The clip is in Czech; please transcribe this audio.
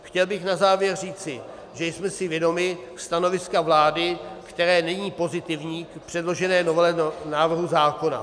Chtěl bych na závěr říci, že jsme si vědomi stanoviska vlády, které není pozitivní k předložené novele návrhu zákona.